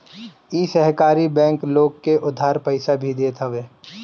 इ सहकारी बैंक लोग के उधार पईसा भी देत हवे